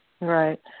Right